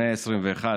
במאה ה-21,